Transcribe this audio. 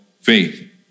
faith